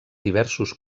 diversos